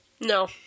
No